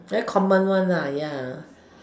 very common one ya